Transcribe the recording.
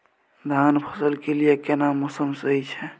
धान फसल के लिये केना मौसम सही छै?